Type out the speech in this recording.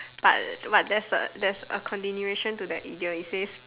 but but that's a there's a continuation to that idiom it says